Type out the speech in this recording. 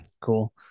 cool